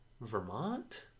Vermont